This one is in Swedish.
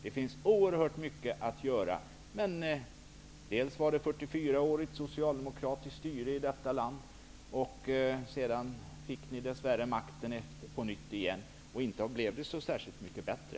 Det finns oerhört mycket att göra. Men det var ett 44-årigt socialdemokratiskt styre i detta land. Sedan fick ni dess värre makten på nytt. Inte blev det så särskilt mycket bättre.